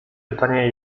pytanie